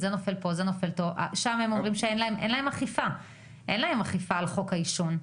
שם הם אומרים שאין להם אכיפה על חוק העישון,